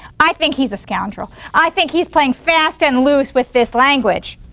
i think he's a scoundrel. i think he's playing fast and loose with this language.